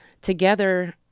together